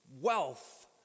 wealth